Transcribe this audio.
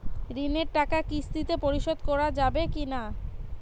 ঋণের টাকা কিস্তিতে পরিশোধ করা যাবে কি না?